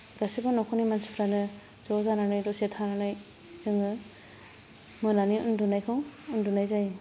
गासैबो न'खरनि मानसिफोरानो ज' जानानै दसे थानानै जोङो मोनानि उन्दुनायखौ उन्दुनाय जायो